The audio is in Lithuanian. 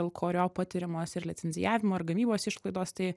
dėl kurio patiriamos ir licencijavimo ir gamybos išlaidos tai